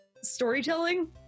storytelling